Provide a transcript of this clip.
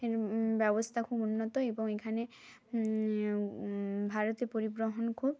ব্যবস্থা খুব উন্নত এবং এখানে ভারতে পরিবহন খুব